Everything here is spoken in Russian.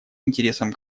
интересам